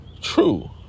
True